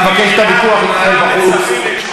אני מבקש שהוויכוח יתנהל בחוץ.